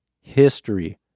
history